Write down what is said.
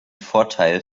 vorteil